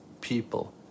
people